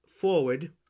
forward